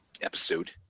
episode